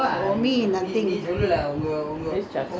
!aiyo! நீங்க:nsengga west coast life was very fun [what]